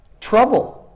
trouble